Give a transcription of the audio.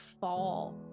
fall